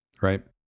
Right